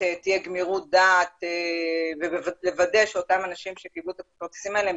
תהיה גמירות דעת ולוודא אותם אנשים שקיבלו את הכרטיסים האלה,